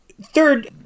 third